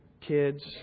kids